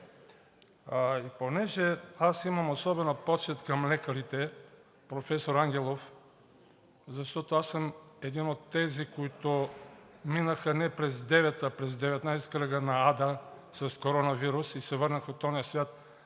Не!“) Аз имам особена почит към лекарите, професор Ангелов, защото аз съм един от тези, които минаха не през девет, а през 19 кръга на ада с коронавирус и се върнах от онзи свят.